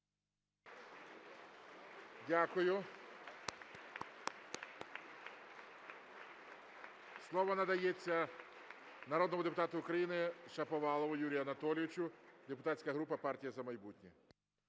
Дякую. Слово надається народному депутату України Шаповалову Юрію Анатолійовичу, депутатська група "Партія "За майбутнє".